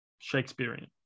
Shakespearean